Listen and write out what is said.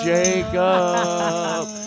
Jacob